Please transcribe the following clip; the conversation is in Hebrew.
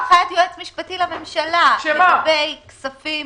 הנחיית היועץ המשפטי לממשלה לגבי כספים